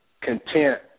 content